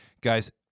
Guys